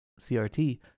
CRT